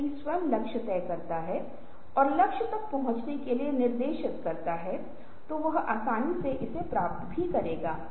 इसलिए जब तक विभिन्न दृष्टिकोण से समस्या को नहीं देखा जाता है तब तक यह कभी भी सफल नहीं होगा